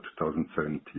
2017